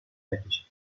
نکشی